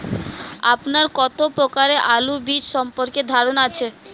আপনার কত প্রকারের আলু বীজ সম্পর্কে ধারনা আছে?